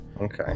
Okay